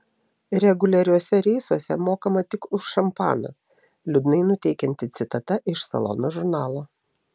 reguliariuose reisuose mokama tik už šampaną liūdnai nuteikianti citata iš salono žurnalo